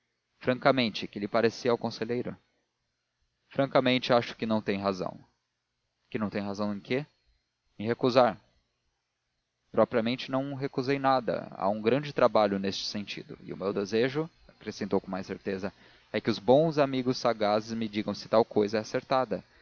francamente que lhe parecia ao conselheiro francamente acho que não tem razão que não tenho razão em quê em recusar propriamente não recusei nada há um grande trabalho neste sentido e o meu desejo acrescentou com mais clareza é que os bons amigos sagazes me digam se tal cousa é acertada